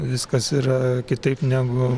viskas yra kitaip negu